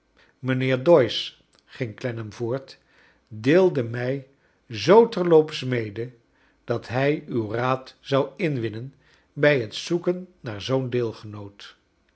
mijnheer doyce ging clennam voort deelde mij zoo terloops mede dat hij uw raad zou inwinnen bij het zoeken naar zoo'n deelgenoot